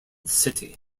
city